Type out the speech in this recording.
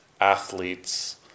athletes